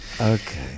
okay